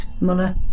Muller